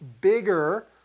bigger